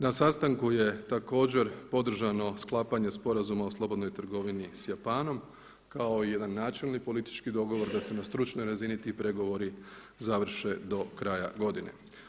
Na sastanku je također podržano sklapanje Sporazuma o slobodnoj trgovini sa Japanom kao i jedan načelni politički dogovor da se na stručnoj razini ti pregovori završe do kraja godine.